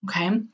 Okay